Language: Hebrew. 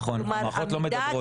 נכון, המערכות לא מדברות.